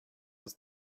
was